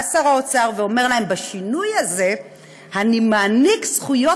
שר האוצר אומר להם: בשינוי הזה אני מעניק זכויות